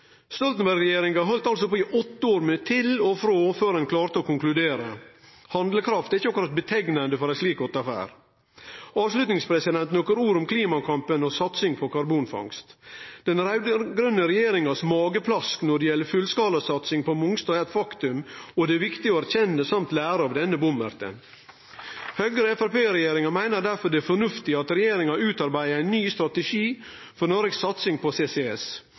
heldt altså på i åtte år med til og frå før ein klarte å konkludere. Handlekraft er ikkje akkurat illustrerande for ei slik åtferd. Avslutningsvis nokre ord om klimakampen og satsing på karbonfangst. Den raud-grøne regjeringas mageplask når det gjeld fullskalasatsing på Mongstad, er eit faktum, og det er viktig å erkjenne og lære av denne bommerten. Høgre–Framstegsparti-regjeringa meiner derfor det er fornuftig at regjeringa utarbeider ein ny strategi for Noregs satsing på CCS,